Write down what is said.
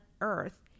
earth